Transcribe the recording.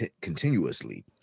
continuously